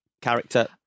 character